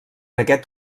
aquest